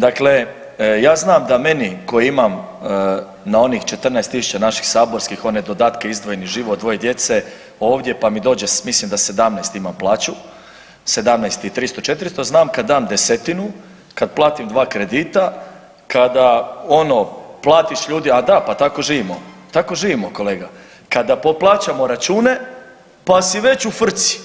Dakle ja znam da meni koji imam na onih 14 tisuća naših saborskih one dodatke izdvojeni život, dvoje djece ovdje pa mi dođe mislim da 17 imam plaću, 17 i 300, 400 znam kada dam 1/10 kada platim 2 kredita, kada ono platiš ljudi, pa da a tako živimo, tako živimo kolega kada poplaćamo račune pa si već u frci,